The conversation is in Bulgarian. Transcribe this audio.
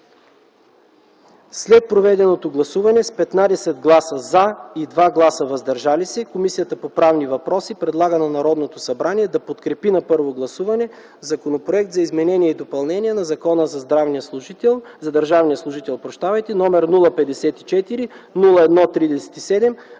След проведеното гласуване, с 15 гласа „за” и 2 гласа „въздържали се”, Комисията по правни въпроси предлага на Народното събрание да подкрепи на първо гласуване Законопроект за изменение и допълнение на Закона за държавния служител № 054-01-37,